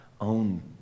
own